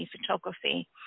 photography